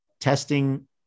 testing